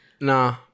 Nah